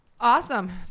Awesome